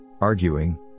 Arguing